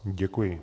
Děkuji.